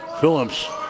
Phillips